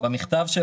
במכתב של